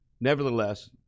Nevertheless